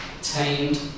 tamed